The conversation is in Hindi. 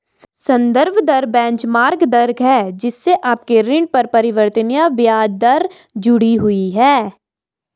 संदर्भ दर बेंचमार्क दर है जिससे आपके ऋण पर परिवर्तनीय ब्याज दर जुड़ी हुई है